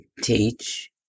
Teach